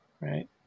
right